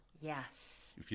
Yes